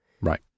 right